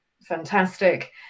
fantastic